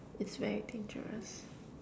it's very dangerous